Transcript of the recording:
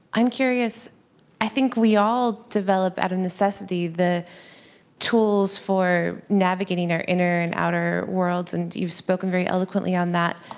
i'm curious i think we all develop, out of necessity, the tools for navigating our inner and outer worlds. and you've spoken very eloquently on that.